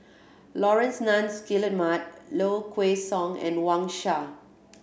Laurence Nunns Guillemard Low Kway Song and Wang Sha